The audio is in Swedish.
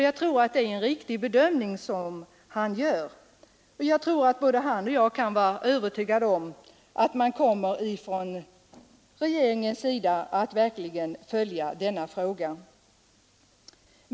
Jag tror att det är en riktig bedömning som han gör och både han och jag kan nog vara övertygade om att Kungl. Maj:t verkligen kommer att följa denna fråga.